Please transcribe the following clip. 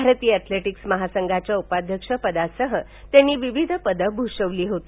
भारतीय अँथलेटिक्स महासंघाच्या उपाध्यक्ष पदासह त्यांनी विविध पदे मूषविली होती